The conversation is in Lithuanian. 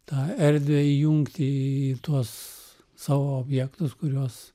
tą erdvę įjungti į tuos savo objektus kuriuos